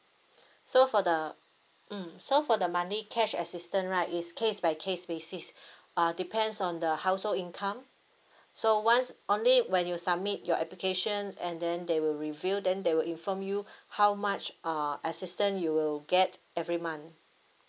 so for the mm so for the monthly cash assistance right is case by case basis uh depends on the household income so once only when you submit your application and then they will review then they will inform you how much uh assistance you will get every month